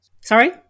sorry